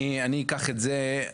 אני אקח את זה,